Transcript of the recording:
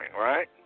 right